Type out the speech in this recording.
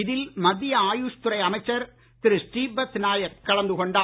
இதில் மத்திய ஆயுஷ் துறை அமைச்சர் திரு ஸ்ரீபத் நாயக் கலந்து கொண்டார்